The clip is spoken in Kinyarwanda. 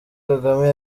kagame